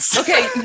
okay